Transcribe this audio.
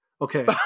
Okay